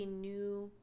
new